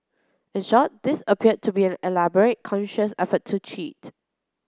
in short this appeared to be an elaborate conscious effort to cheat